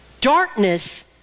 darkness